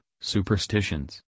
superstitions